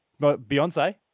Beyonce